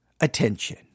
attention